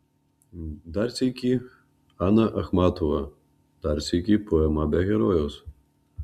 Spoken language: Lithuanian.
dar sykį ana achmatova dar sykį poema be herojaus